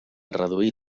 reduir